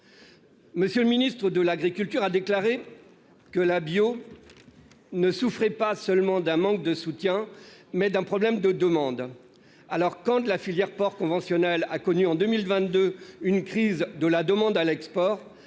Monsieur le Ministre de l'Agriculture a déclaré que la bio. Ne souffrait pas seulement d'un manque de soutien mais d'un problème de demande. Alors quand la filière porc conventionnelle a connu en 2022 une crise de la demande à l'export.